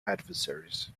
adversaries